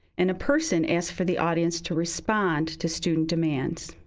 and a person asked for the audience to respond to student demands.